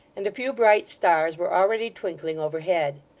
and a few bright stars were already twinkling overhead.